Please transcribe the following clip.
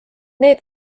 need